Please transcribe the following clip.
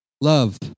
Love